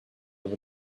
over